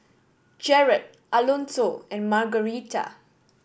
Jered Alonso and Margarita